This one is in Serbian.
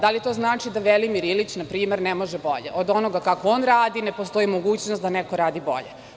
Da li to znači da Velimir Ilić ne može bolje od onoga kako on radi, ne postoji mogućnost da neko radi bolje?